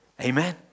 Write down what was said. Amen